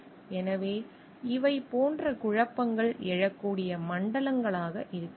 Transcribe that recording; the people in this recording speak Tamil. எனவே இவை போன்ற குழப்பங்கள் எழக்கூடிய மண்டலங்களாக இருக்கலாம்